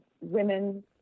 women